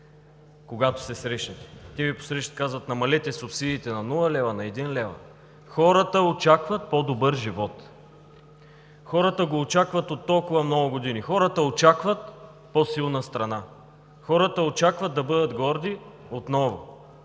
когато се срещнете? Те Ви посрещат и казват: намалете субсидиите на нула лева, на един лев. Хората очакват по-добър живот, хората го очакват от толкова много години, хората очакват по-силна страна, хората очакват да бъдат отново